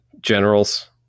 generals